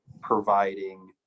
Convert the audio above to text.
providing